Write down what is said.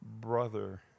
brother